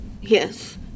Yes